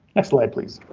next slide, please.